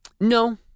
No